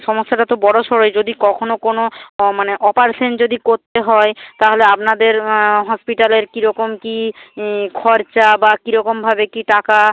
সমস্যাটা তো বড়স ড়োই যদি কখনও কোনো মানে অপারেশন যদি করতে হয় তাহলে আপনাদের হসপিটালের কীরকম কী খরচা বা কীরকমভাবে কী টাকা